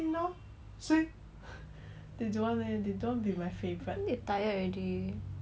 I think they tired already they have been swimming the whole day eh